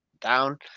down